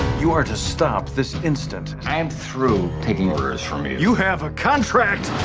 you are to stop this instant. i am through, taking orders from you! you have a contract!